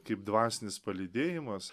kaip dvasinis palydėjimas